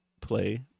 play